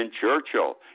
Churchill